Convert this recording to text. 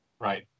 Right